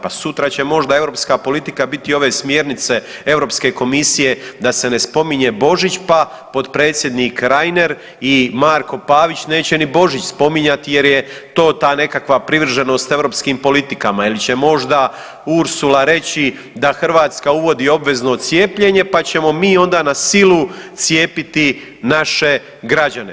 Pa sutra će možda europska politika biti ove smjernice Europske komisije da se ne spominje Božić pa potpredsjednik Reiner i Marko Pavić neće ni Božić spominjati jer je to ta neka privrženost europskim politikama ili će možda Ursula reći da Hrvatska uvodi obvezno cijepljenje, pa ćemo mi onda na silu cijepiti naše građane.